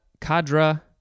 cadra